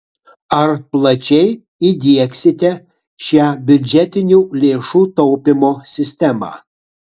ar plačiai įdiegsite šią biudžetinių lėšų taupymo sistemą